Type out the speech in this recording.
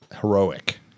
heroic